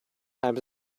times